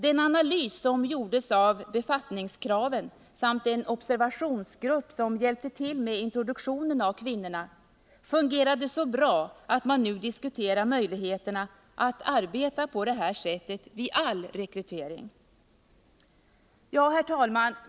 Den analys som gjordes av befattnings kraven samt en observationsgrupp som hjälpte till med introduktionen av kvinnorna fungerade så bra, att man nu diskuterar möjligheterna att arbeta på detta sätt vid all rekrytering. Ja, herr talman!